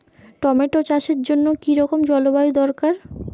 Tomato চাষের জন্য কি রকম জলবায়ু দরকার?